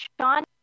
Sean